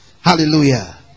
hallelujah